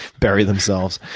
bury themselves.